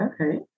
okay